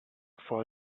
for